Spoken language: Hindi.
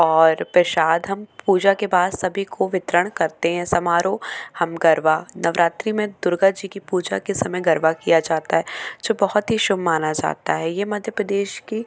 और प्रसाद हम पूजा के पास सभी को वितरण करते हैं समारोह हम गरबा नवरात्री में दुर्गा जी कि पूजा के समय गरबा किया जाता है जो बहुत ही शुभ माना जाता है ये मध्य प्रदेश की